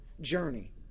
journey